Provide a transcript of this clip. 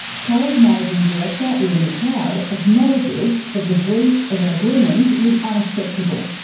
coles' managing director ian mcleod acknowledges the the breach of an agreement was unacceptable.